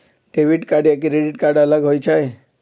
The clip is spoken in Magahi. डेबिट कार्ड या क्रेडिट कार्ड अलग होईछ ई?